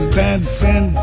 dancing